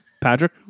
Patrick